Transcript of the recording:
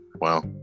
Wow